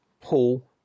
Paul